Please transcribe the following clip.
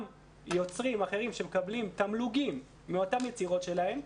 גם יוצרים אחרים שמקבלים תמלוגים מאותן יצירות שלהם,